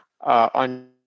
on